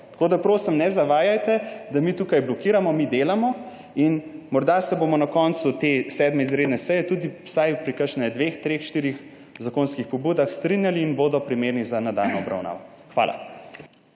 Tako da prosim, ne zavajajte, da mi tukaj blokiramo, mi delamo. Morda se bomo na koncu te 7. izredne seje vsaj pri kakšnih dveh, treh, štirih zakonskih pobudah strinjali in bodo primerne za nadaljnjo obravnavo. Hvala.